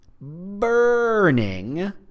burning